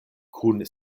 kun